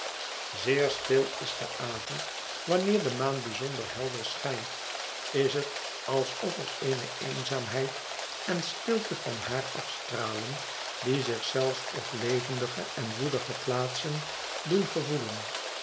zeer stil is de avond wanneer de maan bijzonder helder schijnt is het alsof er eene eenzaamheid en stilte van haar afstralen die zich zelfs op levendige en woelige plaatsen doen gevoelen